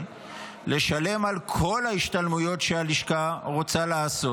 לשלם על כל ההשתלמויות שהלשכה רוצה לעשות.